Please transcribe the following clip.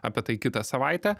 apie tai kitą savaitę